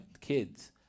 kids